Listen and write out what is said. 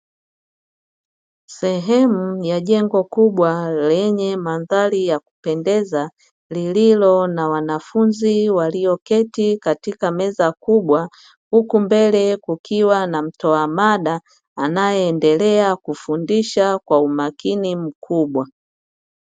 Sehemu ya jengo kubwa lenye mandhari ya kupendeza, lililo na wanafunzi walioketi katika meza kubwa, huku mbele kukiwa na mtoa mada anayeendelea kufundisha kwa umakini mkubwa.